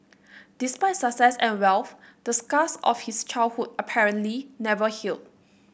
despite success and wealth the scars of his childhood apparently never healed